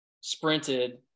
sprinted